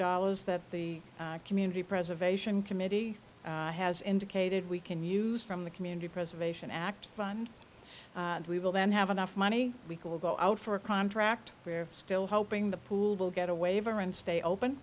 dollars that the community preservation committee has indicated we can use from the community preservation act fund we will then have enough money we will go out for a contract we're still hoping the pool will get a waiver and stay open